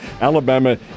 Alabama